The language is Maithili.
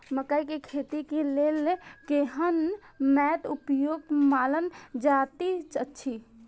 मकैय के खेती के लेल केहन मैट उपयुक्त मानल जाति अछि?